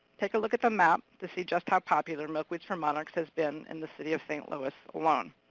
take a look at the map to see just how popular milkweeds for monarchs has been in the city of st. louis alone.